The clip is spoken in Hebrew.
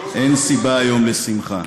סיבה לשמחה.